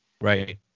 right